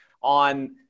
on